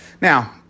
Now